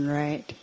right